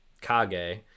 Kage